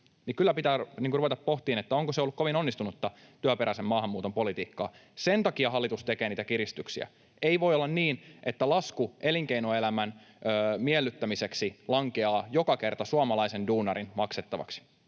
Kyllä pitää ruveta pohtimaan, onko se ollut kovin onnistunutta työperäisen maahanmuuton politiikkaa. Sen takia hallitus tekee niitä kiristyksiä. Ei voi olla niin, että lasku elinkeinoelämän miellyttämiseksi lankeaa joka kerta suomalaisen duunarin maksettavaksi.